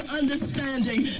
understanding